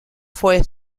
fue